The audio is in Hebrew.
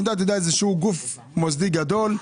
זה גוף מוסדי גדול,